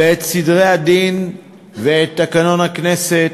את סדרי הדין ואת תקנון הכנסת,